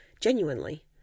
Genuinely